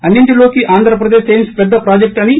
అన్సింటిలోకి Andhra Pradesh AIIMS పెద్ద project అని